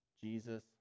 Jesus